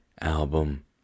album